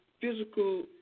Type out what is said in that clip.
physical